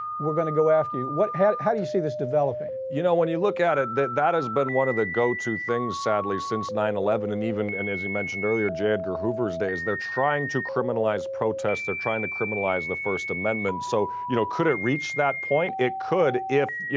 we're going to go after you. what, how, how do you see this developing? you know, when you look at it, that that has been one of the go to things, sadly since nine eleven. and even, and as you mentioned earlier, j. edgar hoover's days, they're trying to criminalize protests. they're trying to criminalize the first amendment. so, you know, could it reach that point? it could if, you